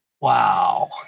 Wow